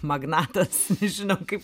magnatas nežinau kaip